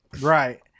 Right